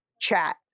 chat